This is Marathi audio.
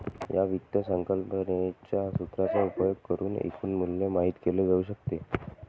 या वित्त संकल्पनेच्या सूत्राचा उपयोग करुन एकूण मूल्य माहित केले जाऊ शकते